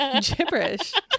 gibberish